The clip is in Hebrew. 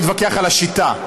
אפשר להתווכח על השיטה.